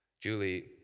Julie